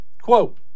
Quote